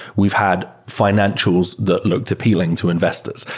we've had financials that looked appealing to investors.